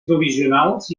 provisionals